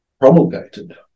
promulgated